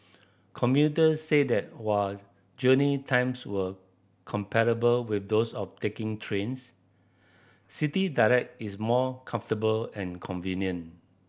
commuters said that while journey times were comparable with those of taking trains City Direct is more comfortable and convenient